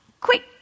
quick